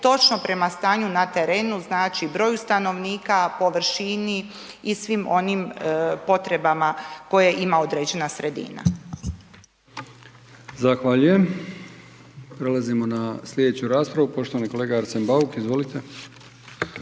točno prema stanju na terenu, broju stanovnika, površini i svim onim potrebama koje ima određena sredina. **Brkić, Milijan (HDZ)** Zahvaljujem. Prelazimo na sljedeću raspravu, poštovani kolega Arsen Bauk. Izvolite.